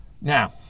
Now